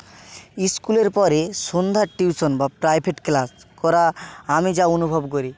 স্কুলের পরে সন্ধ্যার টিউশন বা প্রাইভেট ক্লাস করা আমি যা অনুভব করি